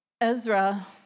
Ezra